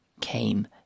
came